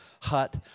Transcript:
hut